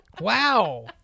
Wow